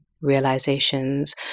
realizations